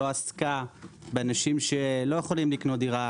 לא עסקה באנשים שלא יכולים לקנות דירה,